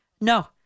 no